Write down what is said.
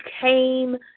came